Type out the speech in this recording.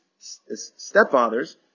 stepfathers